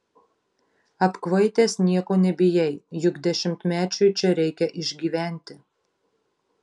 apkvaitęs nieko nebijai juk dešimtmečiui čia reikia išgyventi